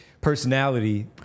personality